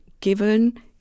given